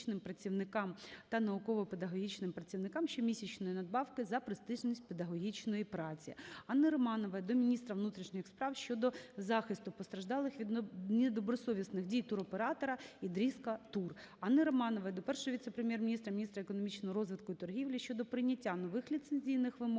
Анни Романової до першого віце-прем'єр-міністра - Мміністра економічного розвитку і торгівлі щодо прийняття нових ліцензійних вимог